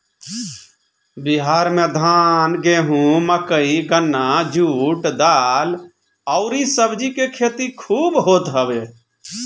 बिहार में धान, गेंहू, मकई, गन्ना, जुट, दाल अउरी सब्जी के खेती खूब होत हवे